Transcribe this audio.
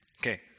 Okay